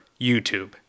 YouTube